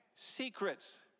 Secrets